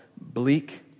bleak